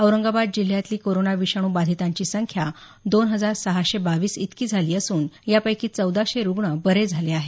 औरंगाबाद जिल्ह्यातली कोरोना विषाणू बाधितांची संख्या दोन हजार सहाशे बावीस इतकी झाली असून यापैकी चौदाशे रुग्ण बरे झाले आहेत